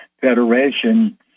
federation